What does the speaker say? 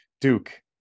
duke